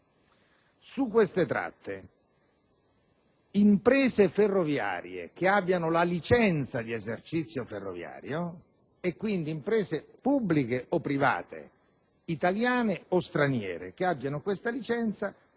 remunerative) imprese ferroviarie che abbiano la licenza di esercizio ferroviario (quindi, imprese pubbliche o private, italiane o straniere, purché abbiano questa licenza)